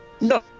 No